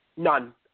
None